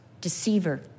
deceiver